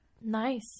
Nice